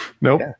Nope